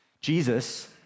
Jesus